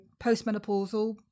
postmenopausal